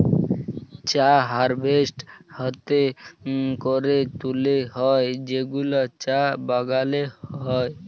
চা হারভেস্ট হ্যাতে ক্যরে তুলে হ্যয় যেগুলা চা বাগালে হ্য়য়